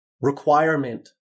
requirement